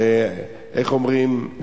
איך אומרים.